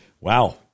Wow